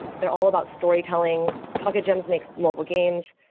they're all about storytelling. pocket gems makes mobile games.